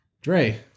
Dre